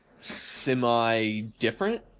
semi-different